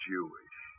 Jewish